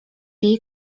jej